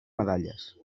medalles